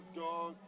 dog